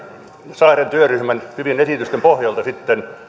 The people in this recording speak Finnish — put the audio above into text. saaren työryhmän hyvien esitysten pohjalta sitten